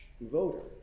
voter